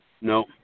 no